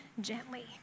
gently